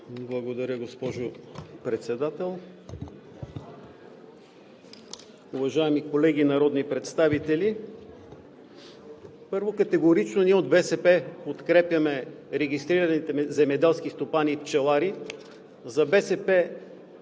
Благодаря, госпожо Председател. Уважаеми колеги народни представители! Първо, ние от БСП категорично подкрепяме регистрираните земеделски стопани и пчелари. За БСП